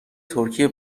ترکیه